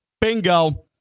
bingo